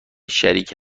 شریک